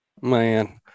man